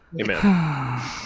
Amen